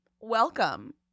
welcome